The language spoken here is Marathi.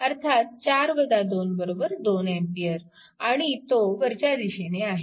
अर्थात 4 2 2A आणि तो वरच्या दिशेने आहे